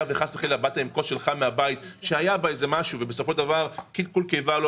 אם באת עם כוס מהבית וחס-וחלילה היה בה לכלוך שגרם לקלקול קיבה,